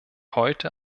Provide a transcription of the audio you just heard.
heute